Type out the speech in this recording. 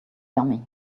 yummy